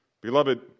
Beloved